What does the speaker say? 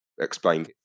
explain